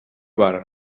bar